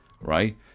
right